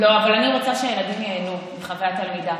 לא, אבל אני רוצה שהילדים ייהנו מחוויית הלמידה.